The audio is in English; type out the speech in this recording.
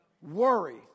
Worry